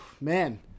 man